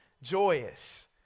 joyous